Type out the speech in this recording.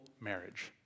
marriage